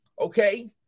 okay